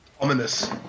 Ominous